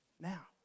Now